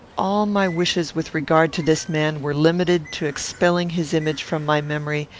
all my wishes with regard to this man were limited to expelling his image from my memory,